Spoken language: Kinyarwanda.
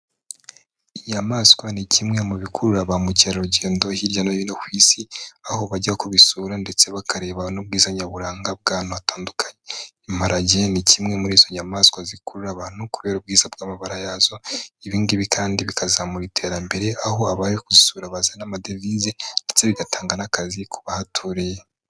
Inyamaswa ni kimwe mu bikurura ba mukerarugendo hirya no hino ku isi, aho bajya kubisura ndetse bakareba n'ubwiza nyaburanga bw'ahantu hatandukanye, imparage ni kimwe muri izo nyamaswa zikurura abantu kubera ubwiza bw'amabara yazo, ibingibi kandi bikazamura iterambere, aho abaje kuzisura bazana amadevize, ndetse bigatanga n'akazi ku bahaturiye.